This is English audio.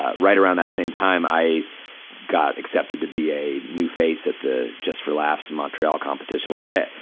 ah right around that same time, i got accepted to be a new face at the just for laughs-montreal competition, which i,